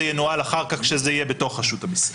ינוהל אחר כך כשזה יהיה בתוך רשות המסים.